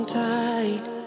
tight